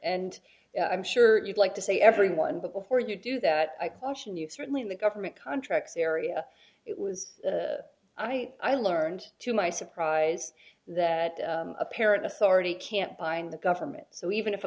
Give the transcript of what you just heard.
and i'm sure you'd like to say everyone but before you do that i caution you certainly in the government contracts area it was i i learned to my surprise that apparent authority can't bind the government so even if a